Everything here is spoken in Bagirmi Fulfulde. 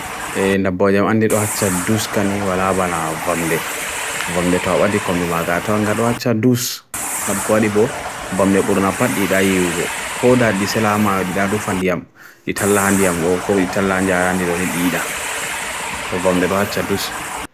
e namboy jam andir oha chadus kani walabana vamde vamde tawad di kombi magatawangad oha chadus namb kwa di bo, vamde burunapad idai yubo koda di selama idai rufandiam, italahandiam oko italahandia arandir onid ida vamde roha chadus